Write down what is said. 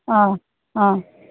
অ' অ'